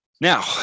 Now